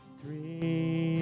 three